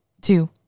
two